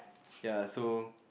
ya so